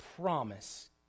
promise